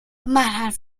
corrupt